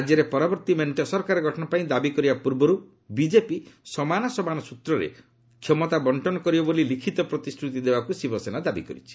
ରାଜ୍ୟରେ ପରବର୍ତ୍ତୀ ମେଣ୍ଟ ସରକାର ଗଠନ ପାଇଁ ଦାବି କରିବା ପୂର୍ବରୁ ବିଜେପି ସମାନ ସମାନ ସ୍ବତ୍ରରେ କ୍ଷମତା ବଣ୍ଟନ କରିବ ବୋଲି ଲିଖିତ ପ୍ରତିଶ୍ରତି ଦେବାକୁ ଶିବସେନା ଦାବି କରିଛି